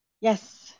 yes